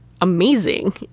amazing